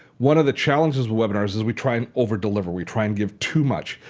one of the challenges of webinars is we try and over-deliver. we try and give too much.